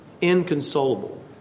Inconsolable